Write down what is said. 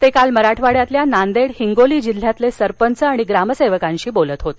ते काल मराठवाङ्यातील नांदेड हिंगोली जिल्ह्यातील सरपंच ग्रामसेवकांशी बोलत होते